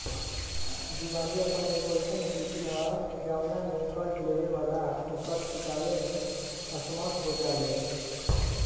दिवालियापन एगो अईसन स्थिति ह जवना में कर्ज लेबे वाला आदमी कर्ज चुकावे में असमर्थ हो जाले